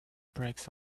breaks